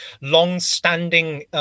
long-standing